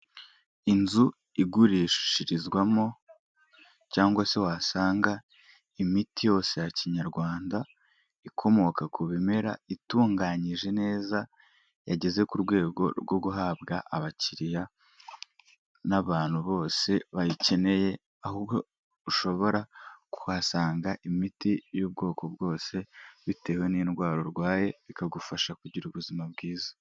Inzu igurishirizwamo cyangwa se wasanga imiti yose ya kinyarwanda, ikomoka ku bimera itunganyije neza yageze ku rwego rwo guhabwa abakiriya n'abantu bose bayikeneye, ahubwo ushobora kuhasanga imiti y'ubwoko bwose, bitewe n'indwara urwaye, bikagufasha kugira ubuzima bwiza.